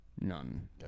None